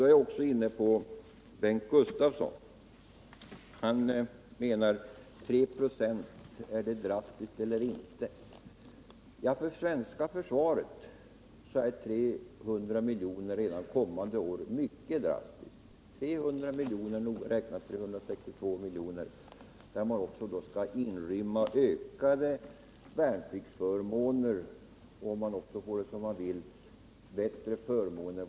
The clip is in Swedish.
Bengt Gustavsson frågar om 3 96 är drastiskt eller inte. Ja, för det svenska försvaret är 362 milj.kr. redan kommande budgetår mycket drastiskt. Därtill kommer ju också kostnader för ökade värnpliktsförmåner, samt för bättre reseförmåner.